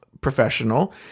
professional